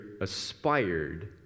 aspired